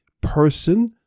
person